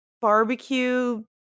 barbecue